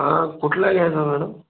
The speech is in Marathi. हा कुठला घ्यायचा मॅडम